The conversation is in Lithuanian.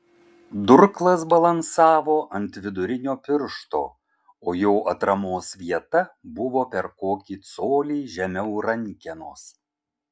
durklas balansavo ant vidurinio piršto o jo atramos vieta buvo per kokį colį žemiau rankenos